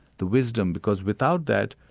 the wisdom. because without that,